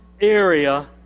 area